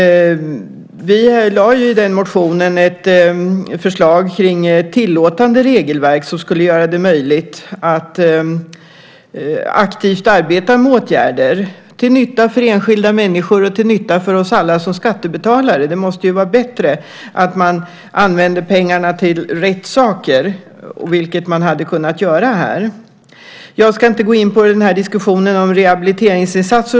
Vi lade i den motionen fram ett förslag kring tillåtande regelverk som skulle göra det möjligt att aktivt arbeta med åtgärder, till nytta för enskilda människor och till nytta för oss alla som skattebetalare. Det måste ju vara bättre att använda pengarna till rätt saker, vilket man hade kunnat göra här. Jag ska inte gå in på diskussionen om rehabiliteringsinsatser.